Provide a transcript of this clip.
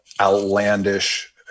outlandish